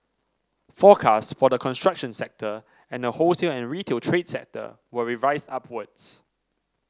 forecasts for the construction sector and the wholesale and retail trade sector were revised upwards